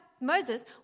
Moses